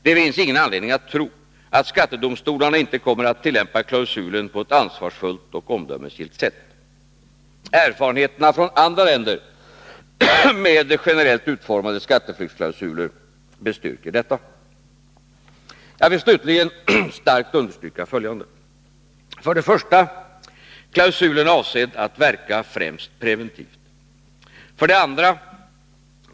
Det finns ingen anledning att tro att skattedomstolarna inte kommer att tillämpa klausulen på ett ansvarsfullt och omdömesgillt sätt. Erfarenheterna från andra länder med generellt utformade skatteflyktsklausuler bestyrker detta. Jag vill slutligen starkt understryka följande: 1. Klausulen är avsedd att verka främst preventivt. 2.